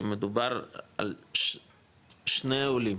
אם מדובר על שני עולים,